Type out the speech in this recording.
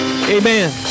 Amen